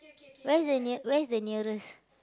where's the near where's the nearest